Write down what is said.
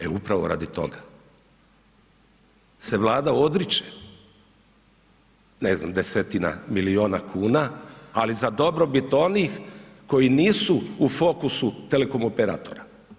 Evo, upravo radi toga se Vlada odriče, ne znam, desetina milijuna kuna, ali za dobrobit onih koji nisu u fokusu telekom operatora.